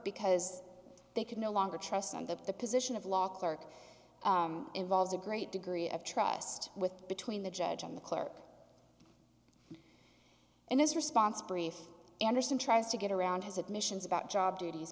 because they could no longer trust and that the position of law clerk involves a great degree of trust with between the judge and the clerk and his response brief anderson tries to get around his admissions about job duties